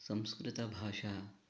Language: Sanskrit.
संस्कृतभाषा